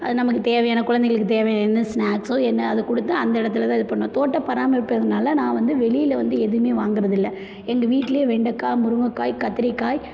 அது நமக்கு தேவையான குழந்தைகளுக்கு தேவையான என்ன ஸ்நாக்ஸோ என்ன அது கொடுத்து அந்த இடத்துல தான் இது பண்ணணும் தோட்டம் பராமரிப்பதனால் நான் வந்து வெளியில் வந்து எதுவுமே வாங்குறதில்ல எங்கள் வீட்லேயே வெண்டைக்கா முருங்கைக்காய் கத்திரிக்காய்